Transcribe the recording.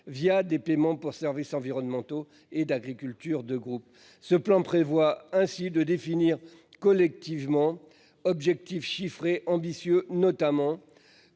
via des paiements pour services environnementaux et d'agriculture de groupe. Ce plan prévoit ainsi de définir collectivement objectifs chiffrés ambitieux, notamment